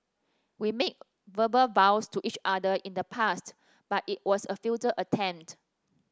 we made verbal vows to each other in the past but it was a futile attempt